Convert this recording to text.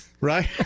Right